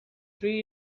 three